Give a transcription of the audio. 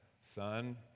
Son